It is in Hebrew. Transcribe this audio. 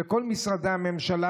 וכל משרדי הממשלה,